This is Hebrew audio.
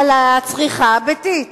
על הצריכה הביתית.